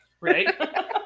right